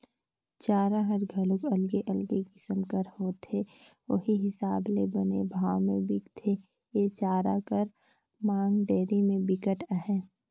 चारा हर घलोक अलगे अलगे किसम कर होथे उहीं हिसाब ले बने भाव में बिकथे, ए चारा कर मांग डेयरी में बिकट अहे